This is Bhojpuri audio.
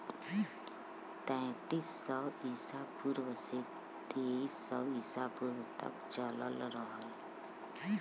तैंतीस सौ ईसा पूर्व से तेरह सौ ईसा पूर्व तक चलल रहल